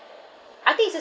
I think it's just